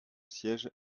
siège